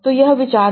तो यह विचार है